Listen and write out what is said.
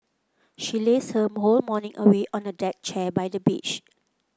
she lazed her whole morning away on a deck chair by the beach